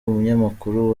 umunyamakuru